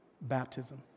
baptism